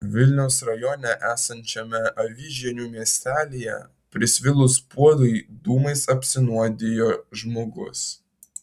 vilniaus rajone esančiame avižienių miestelyje prisvilus puodui dūmais apsinuodijo žmogus